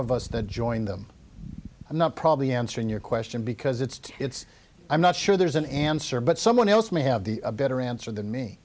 of us that join them i'm not probably answering your question because it's it's i'm not sure there's an answer but someone else may have the better answer t